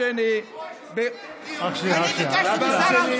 רק שנייה, רק שנייה.